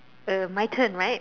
uh my turn right